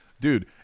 dude